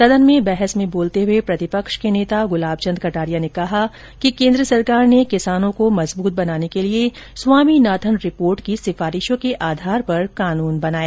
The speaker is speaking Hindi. सदन में बहस में बोलते हए प्रतिपक्ष के नेता गुलाब चंद कटारिया ने कहा कि केन्द्र सरकार ने किसान को मजबूत बनाने के लिए स्वामीनाथन रिपोर्ट की सिफारिशों के आधार पर कानून बनाए